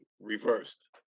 reversed